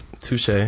Touche